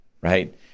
right